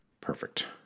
Perfect